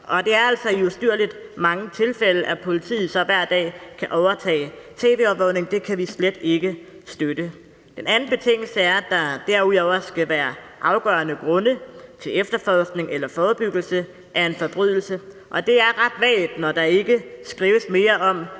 altså i ustyrlig mange tilfælde, at politiet så hver dag kan overtage tv-overvågning. Det kan vi slet ikke støtte. Den anden betingelse er, at der derudover skal være afgørende grunde i forhold til efterforskning eller forebyggelse af en forbrydelse. Det er ret vagt, når der ikke skrives mere om